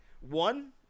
one